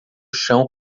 chão